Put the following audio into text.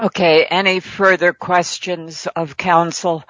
ok any further questions of counsel